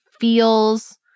feels